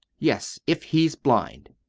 yes, if he's blind.